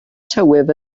tywydd